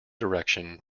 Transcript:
direction